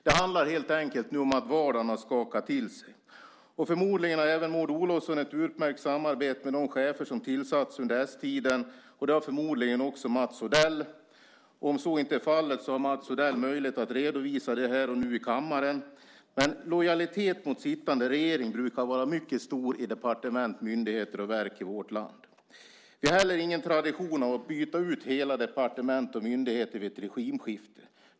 Det handlar nu helt enkelt om att vardagen så att säga har skakat till sig. Och förmodligen har även Maud Olofsson ett utmärkt samarbete med de chefer som har tillsatts under s-tiden, och det har förmodligen också Mats Odell. Om så inte är fallet har Mats Odell möjlighet att redovisa det här och nu i kammaren. Men lojaliteten mot den sittande regeringen brukar vara mycket stor i departement, myndigheter och verk i vårt land. Vi har inte heller någon tradition av att byta ut hela departement och myndigheter vid ett regimskifte.